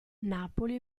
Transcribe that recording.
napoli